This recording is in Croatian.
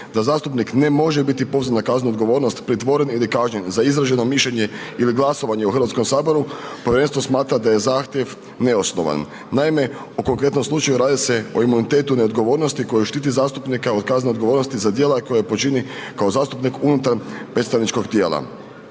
da zastupnik ne može biti pozvan na kaznenu odgovornost, pritvoren ili kažnjen za izraženo mišljenje ili glasovanje u HS, povjerenstvo smatra da je zahtjev neosnovan. Naime, u konkretnom slučaju radi se o imunitetu neodgovornosti koja štiti zastupnika od kaznene odgovornosti za djela koja počini kao zastupnik unutar predstavničkog tijela.